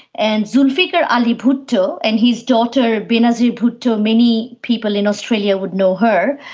and zulfikar ali bhutto and his daughter banazir bhutto, many people in australia would know her,